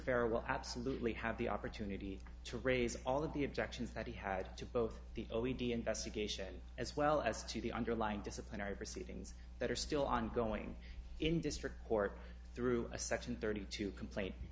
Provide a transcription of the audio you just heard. will absolutely have the opportunity to raise all of the objections that he had to both the o e d investigation as well as to the underlying disciplinary proceedings that are still ongoing in district court through a section thirty two complaint